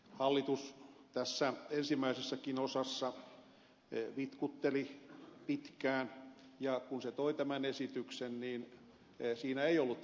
hallitus tässä ensimmäisessäkin osassa vitkutteli pitkään ja kun se toi tämän esityksen niin siinä ei ollut tätä rekisteröintiä